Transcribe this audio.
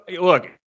look